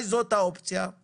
אני